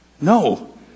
No